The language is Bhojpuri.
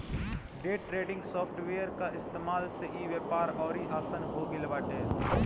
डे ट्रेडिंग सॉफ्ट वेयर कअ इस्तेमाल से इ व्यापार अउरी आसन हो गिल बाटे